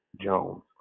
Jones